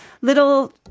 little